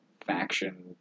faction